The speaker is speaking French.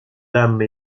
dame